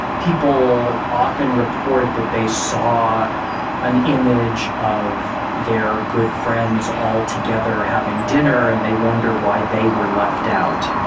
people often report that they saw an image of their good friends all together having dinner and they wonder why they were left out.